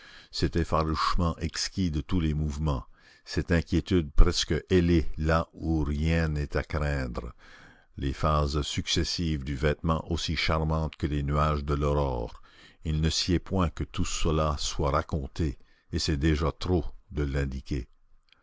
cet effarouchement exquis de tous les mouvements cette inquiétude presque ailée là où rien n'est à craindre les phases successives du vêtement aussi charmantes que les nuages de l'aurore il ne sied point que tout cela soit raconté et c'est déjà trop de l'indiquer